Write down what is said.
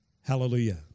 Hallelujah